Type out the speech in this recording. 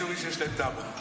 הבדואים, שאומרים שיש להם טאבו.